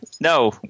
No